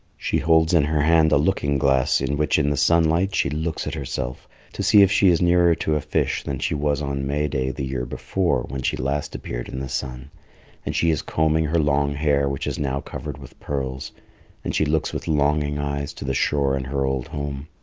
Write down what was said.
she holds in her hand a looking-glass in which in the sunlight she looks at herself to see if she is nearer to a fish than she was on may day the year before when she last appeared in the sun and she is combing her long hair, which is now covered with pearls and she looks with longing eyes to the shore and her old home.